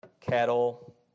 cattle